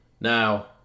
now